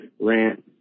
rant